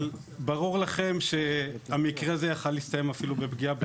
אבל ברור לכם שהמקרה הזה היה יכול להסתיים אפילו בפגיעה בגוף.